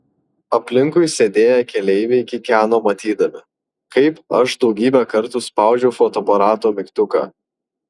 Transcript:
aplinkui sėdėję keleiviai kikeno matydami kaip aš daugybę kartų spaudžiau fotoaparato mygtuką